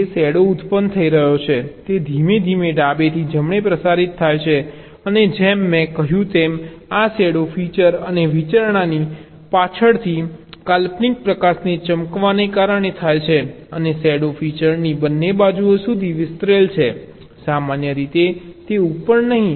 જે શેડો ઉત્પન્ન થઈ રહ્યો છે તે ધીમે ધીમે ડાબેથી જમણે પ્રસારિત થાય છે અને જેમ મેં કહ્યું તેમ આ શેડો ફીચર અને વિચારણાની પાછળથી કાલ્પનિક પ્રકાશને ચમકવાને કારણે થાય છે અને શેડો ફીચરની બંને બાજુઓ સુધી વિસ્તરેલ છે સામાન્ય રીતે તે ઉપર નહીં